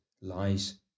lies